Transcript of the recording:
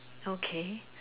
okay